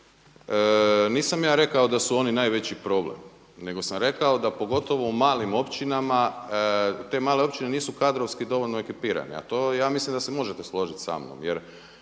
nisam ja rekao da su oni najveći problem nego sam rekao da pogotovo u malim općinama te male općine nisu kadrovski dovoljno ekipirane a to ja mislim da se možete složiti samnom, jer